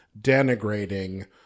denigrating